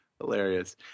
hilarious